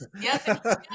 Yes